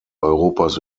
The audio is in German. europas